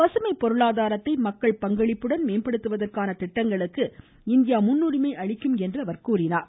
பசுமை பொருளாதாரத்தை மக்கள் பங்களிப்புடன் மேம்படுத்துவதற்கான திட்டங்களுக்கு இந்தியா முன்னுரிமை அளிக்கும் என்று பிரதமர் கூறியுள்ளார்